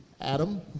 Adam